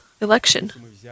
election